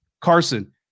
Carson